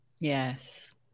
yes